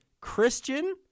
Christian